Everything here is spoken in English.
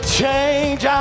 change